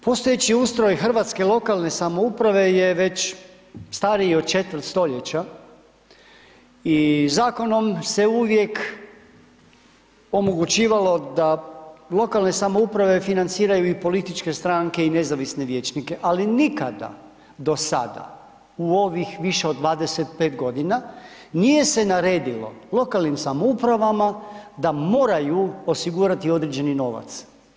Postojeći ustroj hrvatske lokalne samouprave je već stariji od četvrt stoljeća, i Zakonom se uvijek omogućivalo da lokalne samouprave financiraju i političke stranke i nezavisne vijećnike, ali nikada do sada u ovih više od ovih 25. godina, nije se naredilo lokalnim samoupravama da moraju osigurati određeni novac.